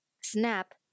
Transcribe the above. Snap